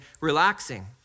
relaxing